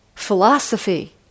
Philosophy